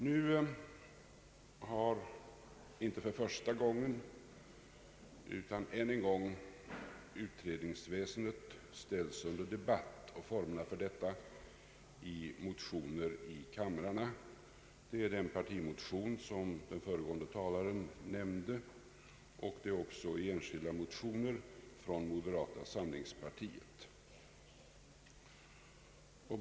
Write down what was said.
Nu har, inte för första gången utan än en gång, utredningsväsendet och formerna för detta ställts under debatt i motioner i kamrarna. Detta sker i den partimotion som «föregående talare nämnde och även i enskilda motioner från moderata samlingspartiet.